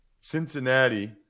Cincinnati